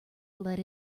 let